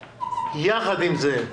יחד עם זאת,